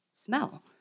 smell